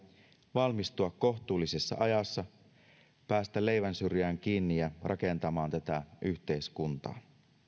valmistua kohtuullisessa ajassa ja päästä leivänsyrjään kiinni ja rakentamaan tätä yhteiskuntaa